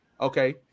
okay